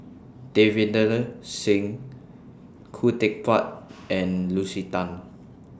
Davinder Singh Khoo Teck Puat and Lucy Tan